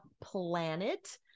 planet